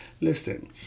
listen